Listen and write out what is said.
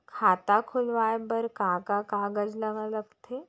खाता खोलवाये बर का का कागज ल लगथे?